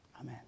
Amen